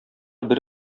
бер